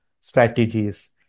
strategies